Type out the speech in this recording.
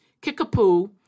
Kickapoo